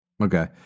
Okay